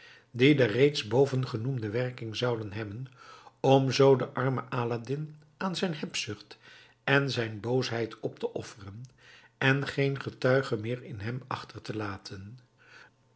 de reeds bovengenoemde werking zouden hebben om zoo den armen aladdin aan zijn hebzucht en zijn boosheid op te offeren en geen getuige meer in hem achter te laten